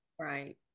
Right